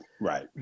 right